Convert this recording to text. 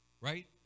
Right